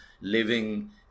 living